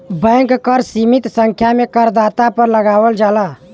bank कर सीमित संख्या में करदाता पर लगावल जाला